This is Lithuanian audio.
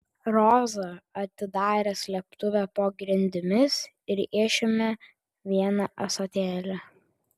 roza atidarė slėptuvę po grindimis ir išėmė vieną ąsotėlį